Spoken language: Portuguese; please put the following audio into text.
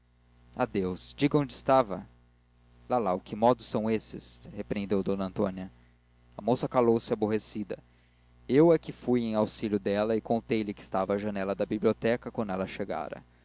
céu adeus diga onde estava lalau que modos são esses repreendeu d antônia a moça calou-se aborrecida eu é que fui em auxilio dela e contei-lhe que estava à janela da biblioteca quando ela chegara